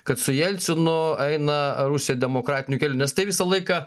kad su jelcinu eina rusija demokratiniu keliu nes tai visą laiką